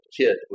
kid